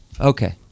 Okay